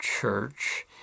church